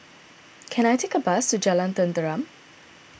can I take a bus to Jalan Tenteram